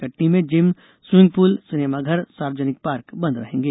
कटनी में gym swimming pool सिनेमाघर सार्वजनिक पार्क बंद रहेंगे